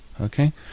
okay